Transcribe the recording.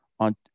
On